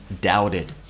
doubted